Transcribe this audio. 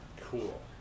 Cool